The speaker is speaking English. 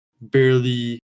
barely